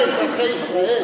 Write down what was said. אזרחי ישראל.